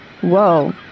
Whoa